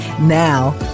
Now